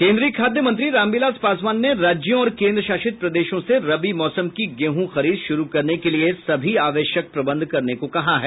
केंद्रीय खाद्य मंत्री रामविलास पासवान ने राज्यों और केन्द्र शासित प्रदेशों से रबी मौसम की गेहूँ खरीद शुरू करने के लिए सभी आवश्यक प्रबंध करने को कहा है